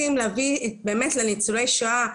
לניצולי שואה